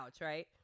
right